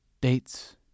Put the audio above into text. dates